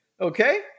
Okay